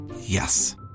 Yes